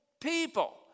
people